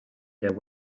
their